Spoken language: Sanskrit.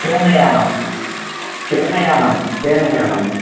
शयनयानं शयनयानं शयनयानं